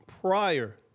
prior